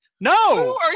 No